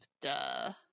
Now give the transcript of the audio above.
Duh